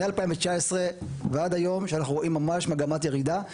מ-2019 ועד היום שאנחנו רואים ממש מגמת ירידה.